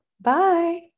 Bye